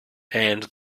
and